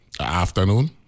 afternoon